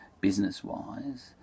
business-wise